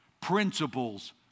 principles